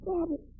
Daddy